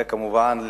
וכמובן,